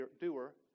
doer